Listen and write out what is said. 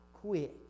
quick